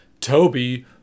toby